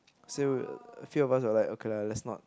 so we few of us were like okay lah let's not